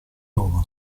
roma